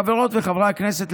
חברות וחברי הכנסת,